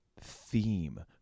theme